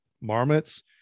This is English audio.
Marmots